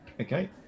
Okay